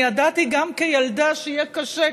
אני ידעתי גם כילדה שיהיה קשה.